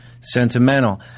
sentimental